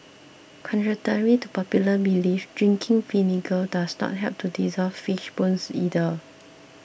contrary to popular belief drinking vinegar does not help to dissolve fish bones either